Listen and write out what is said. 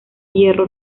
hierro